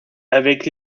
avec